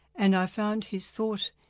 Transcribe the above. and i found his thought,